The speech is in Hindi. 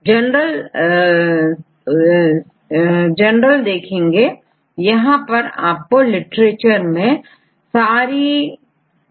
इसके पश्चात जनरल एनोटेशनयहां लिटरेचर में उपलब्ध अधिकतर डाटा प्राप्त हो सकता है